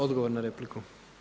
Odgovor na repliku.